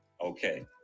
okay